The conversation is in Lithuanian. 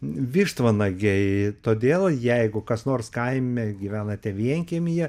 vištvanagiai todėl jeigu kas nors kaime gyvenate vienkiemyje